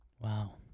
Wow